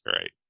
right